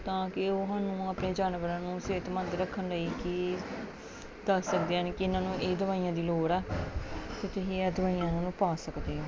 ਤਾਂ ਕਿ ਉਹ ਸਾਨੂੰ ਆਪਣੇ ਜਾਨਵਰਾਂ ਨੂੰ ਸਿਹਤਮੰਦ ਰੱਖਣ ਲਈ ਕੀ ਦੱਸ ਸਕਦੇ ਹਨ ਕਿ ਇਹਨਾਂ ਨੂੰ ਇਹ ਦਵਾਈਆਂ ਦੀ ਲੋੜ ਆ ਅਤੇ ਤੁਸੀਂ ਇਹ ਦਵਾਈਆਂ ਉਹਨਾਂ ਨੂੰ ਪਾ ਸਕਦੇ ਹੋ